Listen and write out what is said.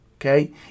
okay